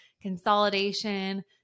consolidation